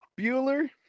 Bueller